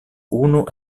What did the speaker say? unu